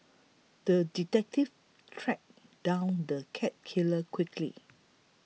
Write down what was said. the detective tracked down the cat killer quickly